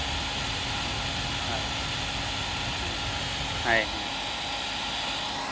ᱦᱳᱭ ᱦᱮᱸ ᱦᱳᱭ ᱦᱮᱸ